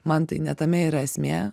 man tai ne tame yra esmė